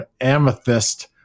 amethyst